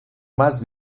más